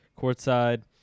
courtside